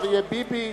אריה ביבי,